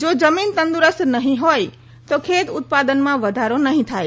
જો જમીન તંદુરસ્ત નહી હોથ તો ખેત ઉત્પાદનમાં વધારો નહી થાય